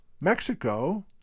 Mexico